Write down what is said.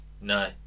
No